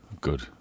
Good